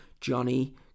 Johnny